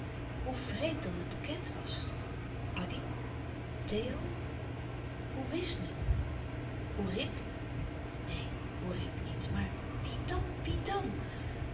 hoe vreemd dat het bekend was addy theo hoe wist men oerip neen oerip niet maar wie wie dan